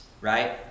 right